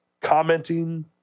commenting